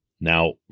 Now